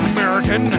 American